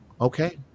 okay